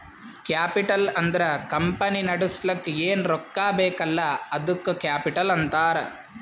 capital ಅಂದುರ್ company ನಡುಸ್ಲಕ್ ಏನ್ ರೊಕ್ಕಾ ಬೇಕಲ್ಲ ಅದ್ದುಕ ಕ್ಯಾಪಿಟಲ್ ಅಂತಾರ್